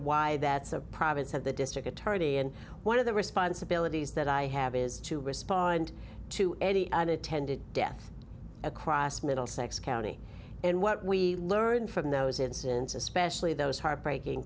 why that's a province of the district attorney and one of the responsibilities that i have is to respond to any unintended death across middlesex county and what we learn from those incidents especially those heartbreaking